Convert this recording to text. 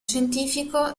scientifico